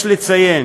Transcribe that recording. יש לציין